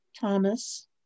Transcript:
Thomas